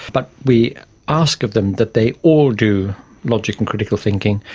but we ask of them that they all do logic and critical thinking,